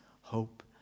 hope